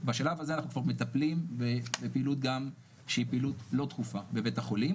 ובשלב הזה אנחנו מטפלים כבר גם בפעילות שהיא לא דחופה בבית החולים.